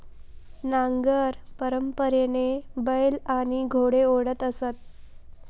नांगर परंपरेने बैल आणि घोडे ओढत असत